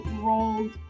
rolled